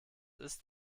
ist